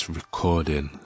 recording